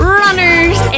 runners